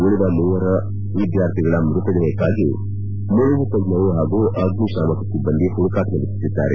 ಉಳಿದ ಮೂವರು ವಿದ್ಯಾರ್ಥಿಗಳ ಮೃತದೇಹಕ್ಕಾಗಿ ಮುಳುಗು ತಜ್ಜರು ಹಾಗೂ ಅಗ್ನಿಶಾಮಕ ಸಿಬ್ಬಂದಿ ಹುಡುಕಾಟ ನಡೆಸುತ್ತಿದ್ದಾರೆ